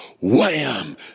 wham